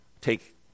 take